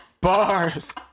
bars